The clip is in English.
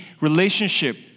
relationship